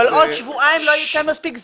אבל עוד שבועיים זה לא נותן מספיק זמן.